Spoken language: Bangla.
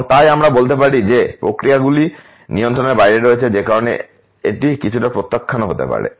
এবং তাই আমরা বলতে পারি যে এই প্রক্রিয়াগুলি নিয়ন্ত্রণের বাইরে রয়েছে যে কারণে এটি কিছুটা প্রত্যাখ্যানও হতে পারে